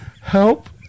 help